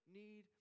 need